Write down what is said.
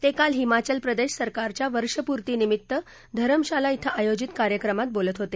ते काल हिमाचल प्रदेश सरकारच्या वर्षपूर्तीनिमित्त धरमशाला अं आयोजित कार्यक्रमात बोलत होते